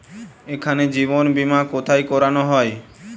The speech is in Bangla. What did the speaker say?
এখানে জীবন বীমা কোথায় করানো হয়?